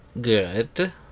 good